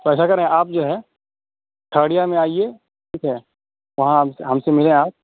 تو ایسا کریں آپ جو ہے تھرڈ ایئر میں آئیے ٹھیک ہے وہاں ہم سے ہم سے ملیں آپ